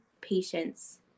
patients